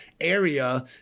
area